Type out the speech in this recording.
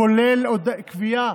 כולל קביעה,